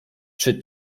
czy